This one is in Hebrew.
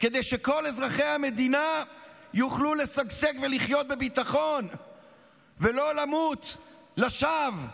כדי שכל אזרחי המדינה יוכלו לשגשג ולחיות בביטחון ולא למות לשווא.